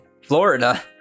Florida